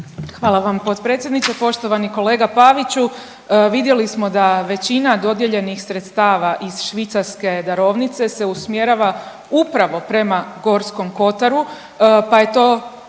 Hvala vam potpredsjedniče. Poštovani kolega Paviću vidjeli smo da većina dodijeljenih sredstava iz švicarske darovnice se usmjerava upravo prema Gorskom kotaru pa je to